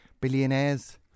billionaires